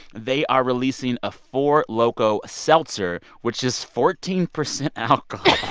they are releasing a four loko seltzer, which is fourteen percent alcohol